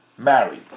married